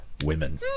Women